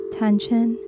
tension